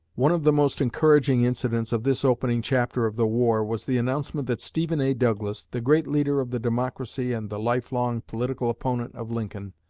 one of the most encouraging incidents of this opening chapter of the war was the announcement that stephen a. douglas, the great leader of the democracy and the life-long political opponent of lincoln,